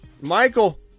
Michael